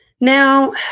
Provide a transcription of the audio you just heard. Now